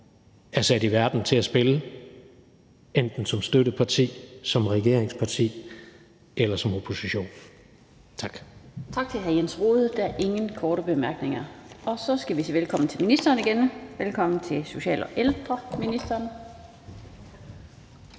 er sat i verden til at spille, enten som støtteparti, som regeringsparti eller som opposition. Tak. Kl. 20:19 Den fg. formand (Annette Lind): Tak til hr. Jens Rohde. Der er ingen korte bemærkninger. Så skal vi sige velkommen til ministeren igen. Velkommen til social- og ældreministeren.